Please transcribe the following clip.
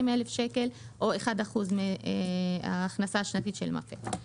200,000 שקל או 1% מההכנסה השנתית של המפר.